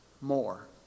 more